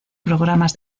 programas